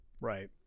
Right